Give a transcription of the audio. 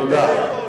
תודה.